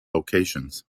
locations